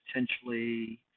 potentially